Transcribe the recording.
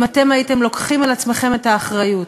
אם הייתם לוקחים על עצמכם את האחריות,